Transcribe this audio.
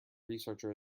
researcher